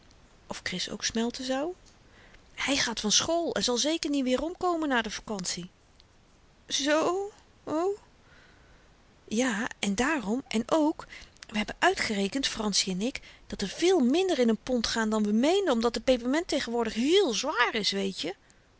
of kris ook smelten zou hy gaat van school en zal zeker niet weerom komen na de vakantie zoo o o ja en daarom en ook we hebben uitgerekend franssie en ik dat er veel minder in n pond gaan dan we meenden omdat de peperment tegenwoordig heel zwaar is weetje